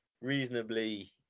reasonably